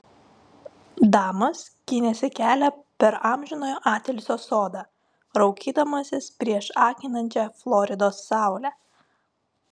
damas skynėsi kelią per amžinojo atilsio sodą raukydamasis prieš akinančią floridos saulę